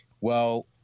well-